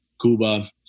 Cuba